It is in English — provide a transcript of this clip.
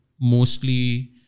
mostly